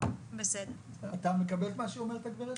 אתה מקבל מה שאומרת הגברת?